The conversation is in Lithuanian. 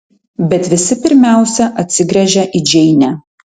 bet visi pirmiausia atsigręžia į džeinę